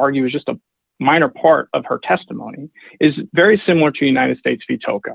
argue is just a minor part of her testimony is very similar to united states betoken